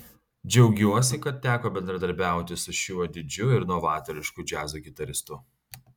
džiaugiuosi kad teko bendradarbiauti su šiuo didžiu ir novatorišku džiazo gitaristu